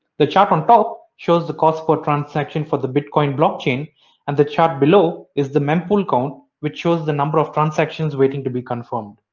the chart on top shows the cost per transaction for the bitcoin blockchain and the chart below is the mempool count which shows the number of transactions waiting to be confirmed.